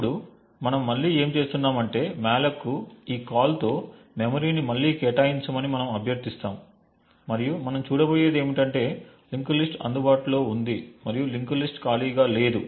ఇప్పుడు మనం మళ్ళీ ఏమి చేస్తున్నాం అంటే మాలోక్కు ఈ కాల్తో మెమరీని మళ్లీ కేటాయించమని మనం అభ్యర్థిస్తాము మరియు మనం చూడబోయేది ఏమిటంటే లింక్డ్ లిస్ట్ అందుబాటులో ఉంది మరియు లింక్డ్ లిస్ట్ ఖాళీగా లేదు